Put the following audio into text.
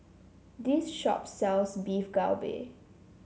this shop sells Beef Galbi